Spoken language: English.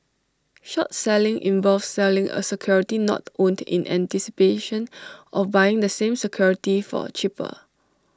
short selling involves selling A security not owned in anticipation of buying the same security for cheaper